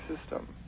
system